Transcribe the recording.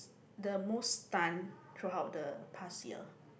the most stun throughout the past year